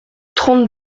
trente